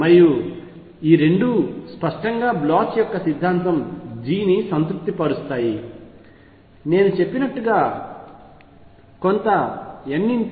మరియు రెండూ స్పష్టంగా పొటెన్షియల్ యొక్క సిద్ధాంతం G ని సంతృప్తిపరుస్తాయి నేను చెప్పినట్లుగా కొంత n2πa